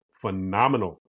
phenomenal